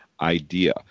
idea